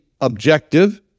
objective